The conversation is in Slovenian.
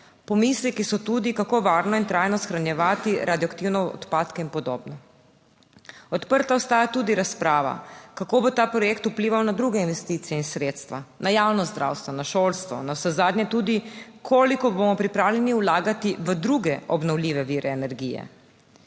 Pomisleki so tudi, kako varno in trajno shranjevati radioaktivne odpadke in podobno. Odprta ostaja tudi razprava, kako bo ta projekt vplival na druge investicije in sredstva, na javno zdravstvo, na šolstvo, navsezadnje tudi, koliko bomo pripravljeni vlagati v druge obnovljive vire energije.